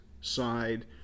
side